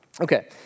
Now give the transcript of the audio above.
Okay